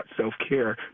self-care